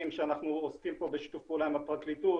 שאנחנו עוסקים פה בשיתוף פעולה עם הפרקליטות,